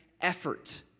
effort